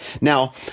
Now